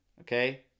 okay